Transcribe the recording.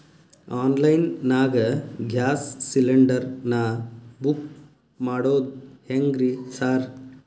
Online ನಾಗ gas cylinder ನಾ book ಮಾಡೋದ್ ಹೆಂಗ್ರಿ ಸಾರ್?